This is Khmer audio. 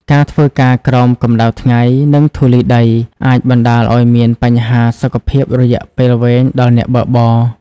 ការធ្វើការក្រោមកម្តៅថ្ងៃ និងធូលីដី អាចបណ្តាលឱ្យមានបញ្ហាសុខភាពរយៈពេលវែងដល់អ្នកបើកបរ។